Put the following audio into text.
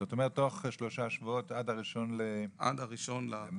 זאת אומרת שלושה שבועות --- עד ה-1 במרץ.